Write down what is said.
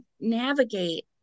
navigate